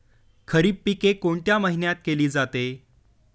खरीप पिके कोणत्या महिन्यात केली जाते?